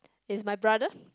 is my brother